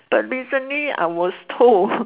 but recently I was told